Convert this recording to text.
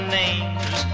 names